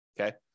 Okay